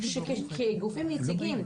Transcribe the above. שכגופים יציגים,